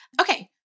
Okay